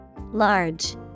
Large